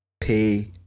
pay